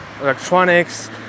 electronics